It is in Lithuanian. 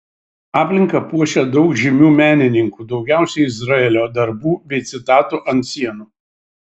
aplinką puošia daug žymių menininkų daugiausiai izraelio darbų bei citatų ant sienų